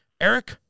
Eric